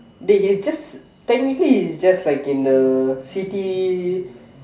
dey he just technically it's just like in the city